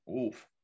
Oof